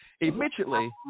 immediately